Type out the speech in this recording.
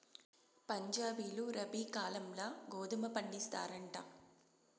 పంజాబీలు రబీ కాలంల గోధుమ పండిస్తారంట